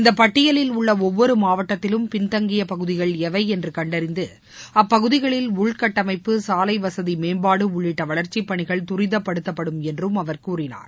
இந்த பட்டியலில் உள்ள ஒவ்வொரு மாவட்டத்திலும் பின்தங்கியப்பகுதிகள் எவை என்று கண்டறிந்து அப்பகுதிகளில் உள்கட்டமைப்பு சாலை வசதி மேம்பாடு உள்ளிட்ட வளர்ச்சிப்பணிகள் துரிதப்படுத்தப்படும் என்றும் அவர் கூறினார்